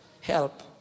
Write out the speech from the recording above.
help